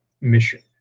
mission